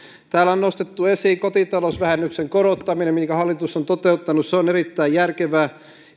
täällä on nostettu esiin kotitalousvähennyksen korottaminen minkä hallitus on toteuttanut se on erittäin järkevää